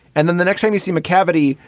and then the next thing you see, mccafferty,